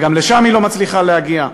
וגם לשם היא לא מצליחה להגיע.